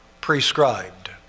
prescribed